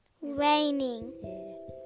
raining